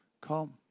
come